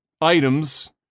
items